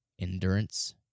endurance